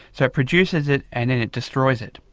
so it produces it and then it destroys it,